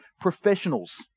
professionals